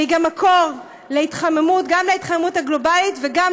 והיא מקור גם להתחממות הגלובלית וגם